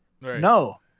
No